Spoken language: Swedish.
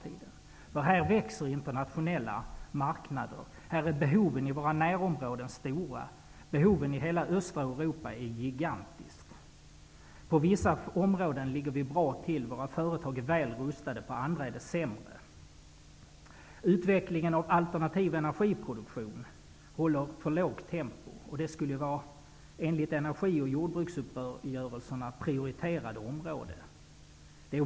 Internationella marknader växer. Behoven i våra närområden är stora. Behoven i hela Östeuropa är gigantiska. På vissa områden ligger vi bra till. Våra företag är väl rustade, för andra är situationen sämre. Utvecklingen av alternativ energiproduktion håller för lågt tempo. Enligt energi och jordbruksuppgörelsen skulle det vara ett prioriterat område.